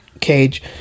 Cage